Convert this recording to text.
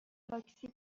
تاکسی